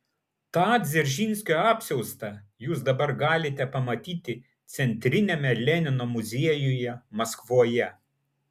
tą dzeržinskio apsiaustą jūs dabar galite pamatyti centriniame lenino muziejuje maskvoje